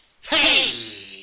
Hey